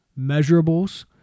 measurables